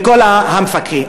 כל המפקחים.